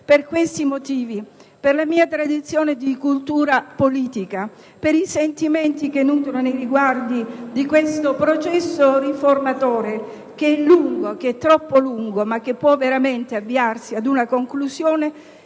Per questi motivi, per la mia tradizione di cultura politica, per i sentimenti che nutro nei riguardi di questo processo riformatore che è troppo lungo ma che può veramente avviarsi ad una conclusione,